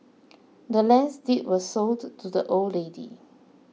the land's deed was sold to the old lady